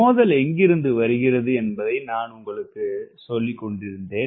மோதல் எங்கிருந்து வருகிறது என்பதை நான் உங்களுக்குச் சொல்லிக்கொண்டிருந்தேன்